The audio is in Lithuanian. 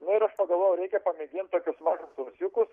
nu ir aš pagalvojau reikia pamėgint tokius mažus rūsiukus